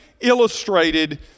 illustrated